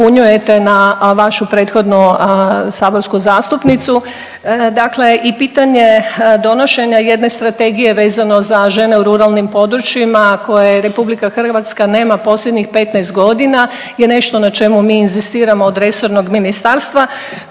na vašu prethodno saborsku zastupnicu. Dakle i pitanje donošenja jedne strategije vezano za žene u ruralnim područjima koje RH nema posljednjih 15.g. je nešto na čemu mi inzistiramo od resornog ministarstva